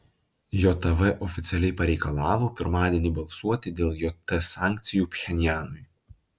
jav oficialiai pareikalavo pirmadienį balsuoti dėl jt sankcijų pchenjanui